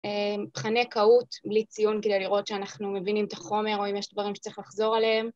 מבחני קהוט, בלי ציון כדי לראות שאנחנו מבינים את החומר או אם יש דברים שצריך לחזור עליהם